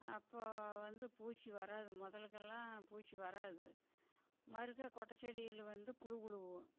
அப்போது வந்து பூச்சி வராது முதலுக்கெல்லாம் பூச்சி வராது மறுக்கா கொட்டைச்செடியில வந்து புழு விழுவும்